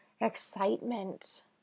excitement